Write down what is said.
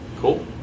Cool